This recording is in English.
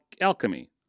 alchemy